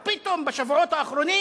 ופתאום, בשבועות האחרונים